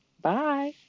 Bye